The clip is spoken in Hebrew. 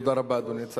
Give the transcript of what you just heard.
תודה רבה, אדוני.